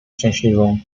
szczęśliwą